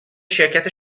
شرکت